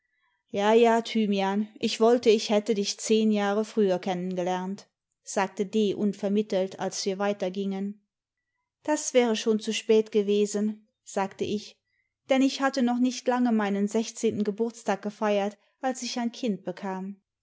jsl ja thymian ich wollte ich hätte dich zehn jahre früher kennen gelernt sagte d unvermittelt als wir weiter gingen das wäre schon zu spät gewesen sagte ich denn ich hatte noch nicht lange meinen sechzehnten geburtstag gefeiert als ich ein kind bekam